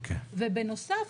ובנוסף,